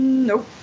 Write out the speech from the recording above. nope